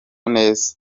neza